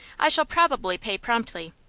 i shall probably pay promptly.